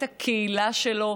את הקהילה שלו,